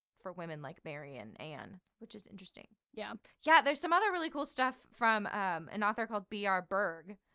for women like mary and anne which is interesting yeah yeah. there's some other really cool stuff from um an author called b. r. burg,